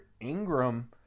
Ingram